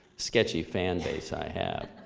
sketchy fan base i have.